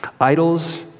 Idols